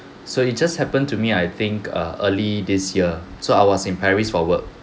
so it just happen to me I think err early this year so I was in paris for work